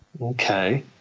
Okay